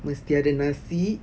mesti ada nasi